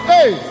Hey